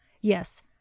Yes